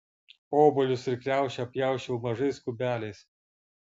obuolius ir kriaušę pjausčiau mažais kubeliais